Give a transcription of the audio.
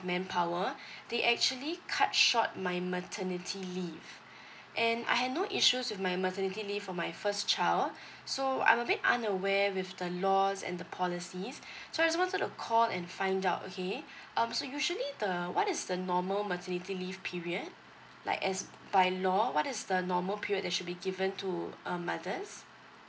manpower they actually cut short my maternity leave and I had no issues with my maternity leave for my first child so I'm a bit unaware with the laws and the policies so I just wanted to call and find out okay um so usually the what is the normal maternity leave period like as by law what is the normal period the that should be given to um mothers